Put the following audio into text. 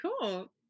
Cool